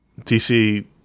DC